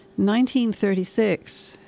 1936